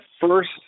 first